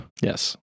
Yes